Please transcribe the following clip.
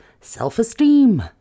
self-esteem